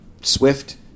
swift